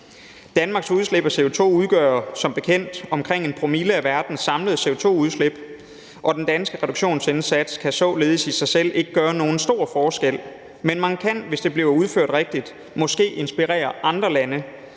Danmarks udslip af CO2 udgør som bekendt omkring 1 promille af verdens samlede CO2-udslip, og den danske reduktionsindsats kan således i sig selv ikke gøre nogen stor forskel. Men man kan, hvis det bliver udført rigtigt, måske inspirere andre lande